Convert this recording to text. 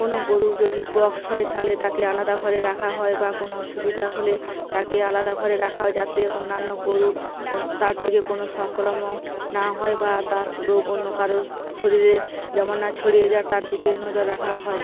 কোনো গোরুর যদি পক্স হয় তাহলে তাকে আলাদা ঘরে রাখা হয় বা কোনো অসুবিধা হলে তাকে আলাদা ঘরে রাখা হয় যাতে অন্যান্য গোরুর কোন তার থেকে কোনো সংক্রমণ না হয় বা তার রোগ অন্য কারোর শরীরে যেমন না ছড়িয়ে যায় তার দিকে নজর রাখা হয়